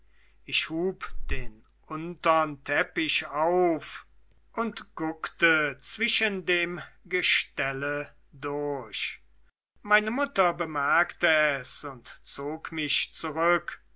ich hub den untern teppich auf und guckte zwischen dem gestelle durch meine mutter bemerkte es und zog mich zurück